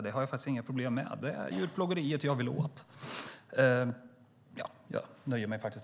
Det har jag faktiskt inga problem med. Det är djurplågeriet som jag vill åt.